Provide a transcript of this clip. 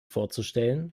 vorzustellen